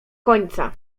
końca